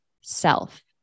self